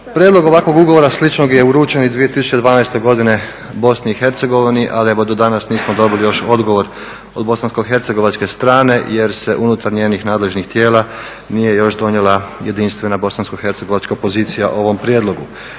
Prijedlog ovakvog ugovora sličnog je uručen i 2012. godine Bosni i Hercegovini, ali evo do danas nismo dobili još odgovor od bosansko-hercegovačke strane jer se unutar njenih nadležnih tijela nije još donijela jedinstvena bosansko-hercegovačka pozicija o ovom prijedlogu.